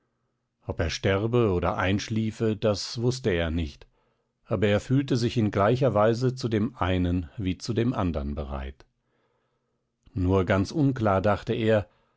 ob er sterbe oder einschlafe das wußte er nicht aber er fühlte sich in gleicher weise zu dem einen wie zu dem andern bereit nur ganz unklar dachte er